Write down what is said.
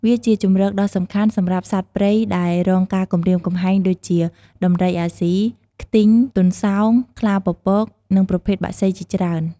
វាជាជម្រកដ៏សំខាន់សម្រាប់សត្វព្រៃដែលរងការគំរាមកំហែងដូចជា ដំរីអាស៊ី ខ្ទីង ទន្សោង ខ្លាពពក និងប្រភេទបក្សីជាច្រើន។